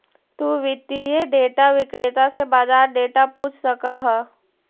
तु वित्तीय डेटा विक्रेता से बाजार डेटा पूछ सकऽ हऽ